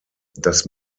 das